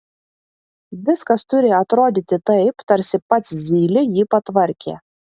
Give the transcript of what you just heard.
viskas turi atrodyti taip tarsi pats zylė jį patvarkė